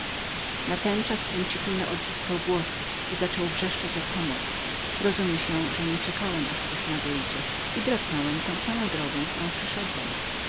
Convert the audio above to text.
natenczas principino odzyskał głos i zaczął wrzeszczeć o pomoc rozumie się że nieczekałem aż kto nadejdzie i drapnąłem tą samą drogą którąm przyszedł